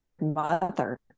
mother